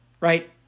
right